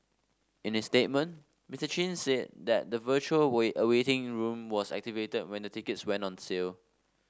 in his statement Mister Chin said that the virtual wait a waiting room was activated when the tickets went on sale